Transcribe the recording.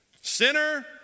Sinner